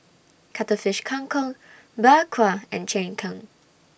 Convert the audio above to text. Cuttlefish Kang Kong Bak Kwa and Cheng Tng